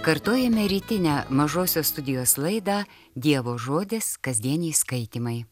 kartojame rytinę mažosios studijos laidą dievo žodis kasdieniai skaitymai